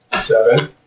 Seven